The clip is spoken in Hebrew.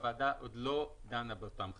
הוועדה עוד לא דנה באותם חריגים.